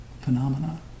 phenomena